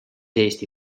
eesti